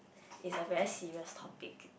is a very serious topic